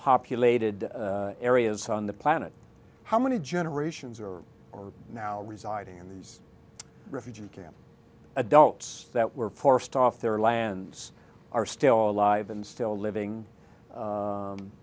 populated areas on the planet how many generations are or now residing in these refugee camps adults that were forced off their lands are still alive and still living